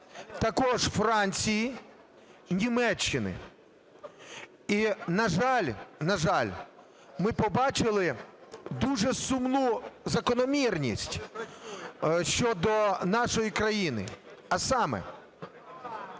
також Франції, Німеччини. І, на жаль, ми побачили дуже сумну закономірність щодо нашої країни. А саме,